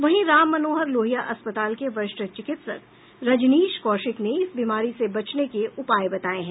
वहीं राम मनोहर लोहिया अस्पताल के वरिष्ठ चिकित्सक रजनीश कौशिक ने इस बीमारी से बचने के उपाय बताए हैं